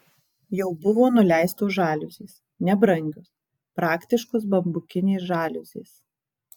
jau buvo nuleistos žaliuzės nebrangios praktiškos bambukinės žaliuzės